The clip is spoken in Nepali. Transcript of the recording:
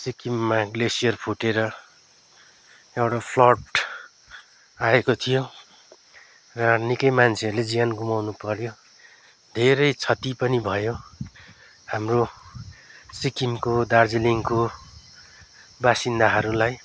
सिक्किममा ग्लेसियर फुटेर त्यहाँबाट फ्लड आएको थियो र निकै मान्छेहरूले ज्यान गुमाउनु पऱ्यो धेरै क्षति पनि भयो हाम्रो सिक्किमको दार्जिलिङको बासिन्दाहरूलाई